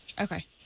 Okay